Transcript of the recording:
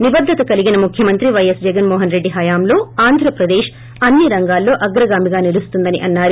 నిబద్గత కలీగిన ముఖ్యమంత్రి పైవీస్ జగన్ మోహన్ రెడ్డి హయాంలో ఆంధ్రప్రదేశ్ అన్స్ రంగాల్లో అగ్రగామిగా నిలుస్తుందని అన్నారు